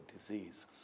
disease